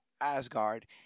Asgard